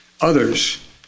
others